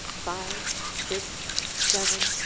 five, six, seven,